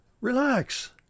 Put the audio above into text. Relax